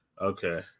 Okay